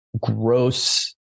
gross